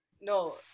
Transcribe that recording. No